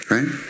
Right